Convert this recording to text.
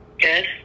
good